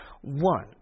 one